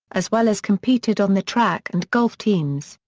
as well as competed on the track and golf teams,